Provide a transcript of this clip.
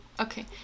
okay